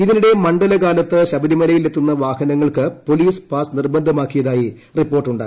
ഇതിനിടെ മണ്ഡലകാലത്ത് ശബരിമലയിൽ എത്തുന്ന വാഹനങ്ങൾക്ക് പൊലീസ് പാസ് നിർബന്ധമാക്കിയതായി റിപ്പോർട്ടുണ്ട്